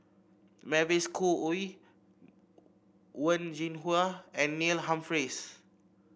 Mavis Khoo Oei Wen Jinhua and Neil Humphreys